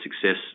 success